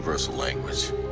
language